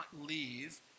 leave